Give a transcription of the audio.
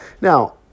Now